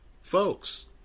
Folks